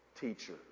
teacher